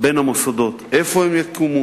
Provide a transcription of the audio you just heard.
בין המוסדות על איפה הם יקומו